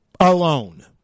Alone